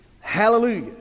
Hallelujah